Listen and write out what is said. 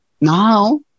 Now